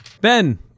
Ben